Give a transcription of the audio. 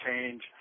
change